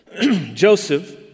Joseph